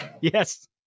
Yes